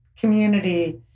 community